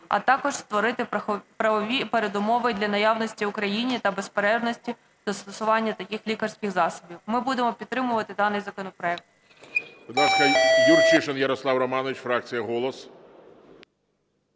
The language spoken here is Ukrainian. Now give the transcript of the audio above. а також створити правові передумови для наявності в Україні та безперервності застосування таких лікарських засобів. Ми будемо підтримувати даний законопроект.